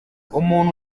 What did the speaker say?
umuntu